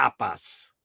tapas